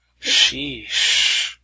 Sheesh